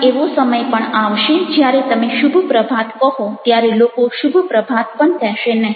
અને એવો સમય પણ આવશે જ્યારે તમે શુભ પ્રભાત કહો ત્યારે લોકો શુભ પ્રભાત પણ કહેશે નહિ